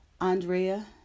Andrea